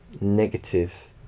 Negative